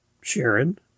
Sharon